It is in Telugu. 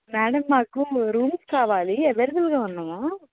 మేడమ్ మాకు రూమ్స్ కావాలి అవైలబుల్గా ఉన్నాయా